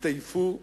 התעייפו כולם,